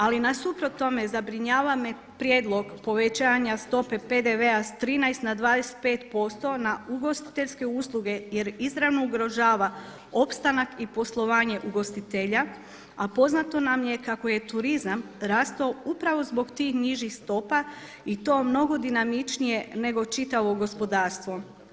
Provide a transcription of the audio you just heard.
Ali nasuprot tome zabrinjava me prijedlog povećanja stope PDV-a s 13 na 25% na ugostiteljske usluge jer izravno ugrožava opstanak i poslovanje ugostitelja, a poznato nam je kako je turizam rastao upravo zbog tih nižih stopa i to mnogo dinamičnije nego čitavo gospodarstvo.